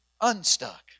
unstuck